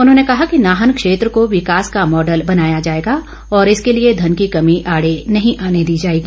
उन्होंने कहा कि नाहन क्षेत्र को विकास का मॉडल बनाया जाएगा और इसके लिए धन की कमी आड़े नहीं आने दी जाएगी